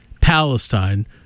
Palestine